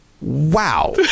Wow